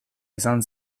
izan